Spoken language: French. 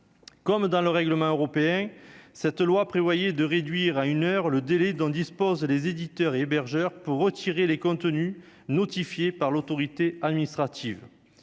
comme dans le règlement européen cette loi prévoyait de réduire à une heure, le délai dont disposent les éditeurs, hébergeurs pour retirer les contenus notifié par l'autorité administrative,